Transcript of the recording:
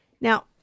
Now